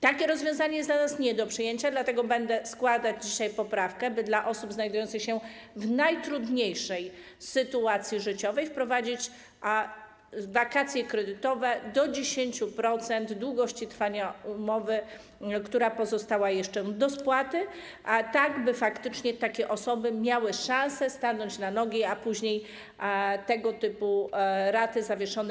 Takie rozwiązanie jest dla nas nie do przyjęcia, dlatego będę składać dzisiaj poprawkę, by dla osób znajdujących się w najtrudniejszej sytuacji życiowej wprowadzić wakacje kredytowe do 10% długości trwania umowy, która pozostała jeszcze do spłaty, tak by faktycznie takie osoby miały szansę stanąć na nogi, a później spłacać tego typu raty zawieszone.